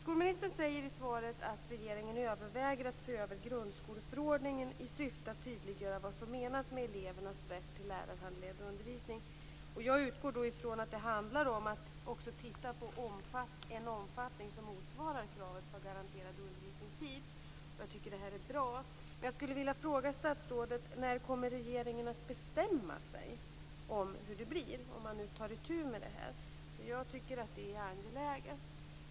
Skolministern säger i svaret att regeringen överväger att se över grundskoleförordningen i syfte att tydliggöra vad som menas med elevernas rätt till lärarhandledd undervisning. Jag utgår då ifrån att det handlar om att också titta på en omfattning som motsvarar kravet på garanterad undervisningstid. Jag tycker att det är bra. Jag vill fråga statsrådet: När kommer regeringen att bestämma sig för hur det blir, om man nu tar itu med detta? Jag tycker att det är angeläget.